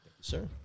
Sir